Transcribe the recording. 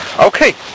Okay